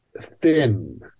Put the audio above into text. thin